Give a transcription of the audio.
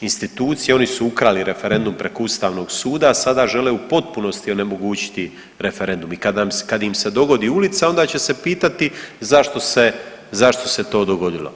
institucije, oni su ukrali referendum preko Ustavnog suda, a sada žele u potpunosti onemogućiti referendum i kad im se dogodi ulica onda će se pitati zašto se, zašto se to dogodilo.